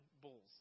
bulls